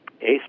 ACE